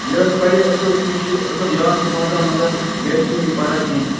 یہِ حظ پرِہے اصٕل أمِس چھُ اَصٕل یاد تہِ روزان مگر گَرِ چھُنہٕ یہِ پران کیٚنٛہہ